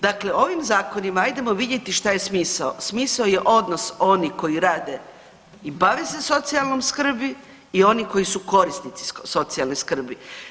Dakle ovim zakonima hajdemo vidjeti šta je smisao, smisao je odnos oni koji rade i bave se socijalnom skrbi i oni koji su korisnici socijalne skrbi.